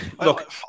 Look